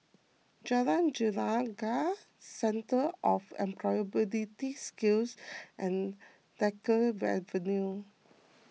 Jalan Gelegar Centre for Employability Skills and Drake Avenue